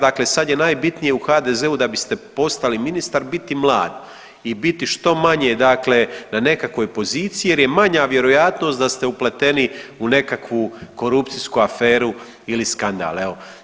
Dakle, sad je najbitnije u HDZ-u da biste postali ministar biti mlad i biti što manje, dakle na nekakvoj poziciji jer je manja vjerojatnost da ste upleteni u nekakvu korupcijsku aferu ili skandal, evo.